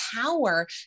power